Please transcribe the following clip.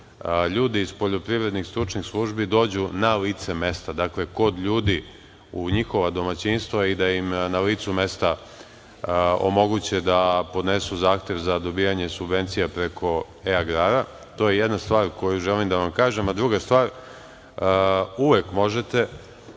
ljudi iz poljoprivrednih stručnih službi dođu na lice mesta, dakle, kod ljudi u njihova domaćinstva i da im na licu mesta omoguće da podnesu zahtev za dobijanje subvencija preko e-Agrara. To je jedna stvar koju želim da vam kažem. Druga stvar, uvek možete